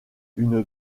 une